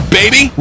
baby